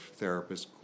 therapists